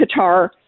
Qatar